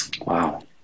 Wow